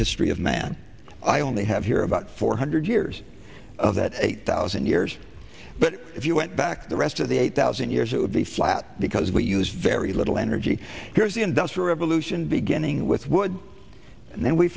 history of man i only have here about four hundred years of that eight thousand years but if you went back the rest of the eight thousand years it would be flat because we use very little energy here's the industrial revolution beginning with wood and then we